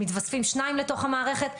מתווספים שניים לתוך המערכת,